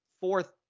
fourth